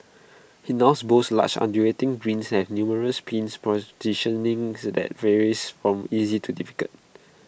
IT now boasts large undulating greens that numerous pin positions names that vary from easy to difficult